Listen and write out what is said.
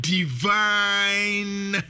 Divine